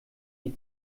die